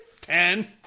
Ten